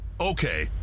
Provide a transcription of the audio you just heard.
Okay